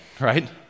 right